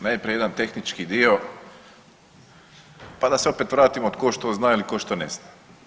Najprije jedan tehnički dio, pa da se opet vratimo tko što zna ili tko što ne zna.